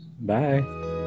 bye